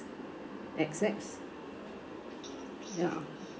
X X ya